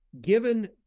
given